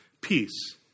Peace